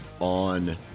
on